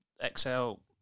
Excel